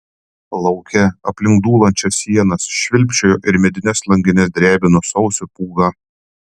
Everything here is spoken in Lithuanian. lauke aplink dūlančias sienas švilpčiojo ir medines langines drebino sausio pūga